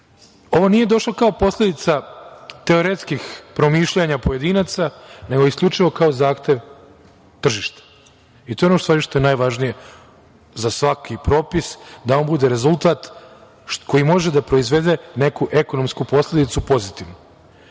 nije došlo kao posledica teoretskih promišljanja pojedinaca, nego isključivo kao zahtev tržišta i to je ono što je najvažnije za svaki propis, da on bude rezultat koji može da proizvede neku ekonomsku posledicu pozitivnu. Apsolutno